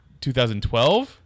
2012